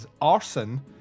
arson